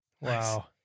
wow